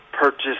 purchase